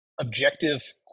objective